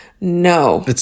No